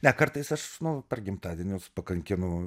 ne kartais aš nu per gimtadienius pakankinu